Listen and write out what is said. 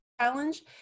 challenge